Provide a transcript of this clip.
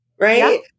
Right